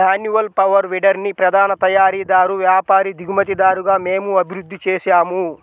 manual power వీడర్ని ప్రధాన తయారీదారు, వ్యాపారి, దిగుమతిదారుగా మేము అభివృద్ధి చేసాము